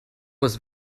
was